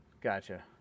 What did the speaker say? Gotcha